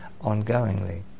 ongoingly